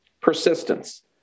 persistence